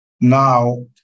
now